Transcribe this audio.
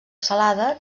salada